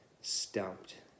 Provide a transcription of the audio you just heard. stumped